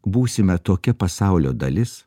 būsime tokia pasaulio dalis